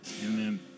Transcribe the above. Amen